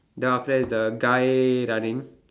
then after that is the guy running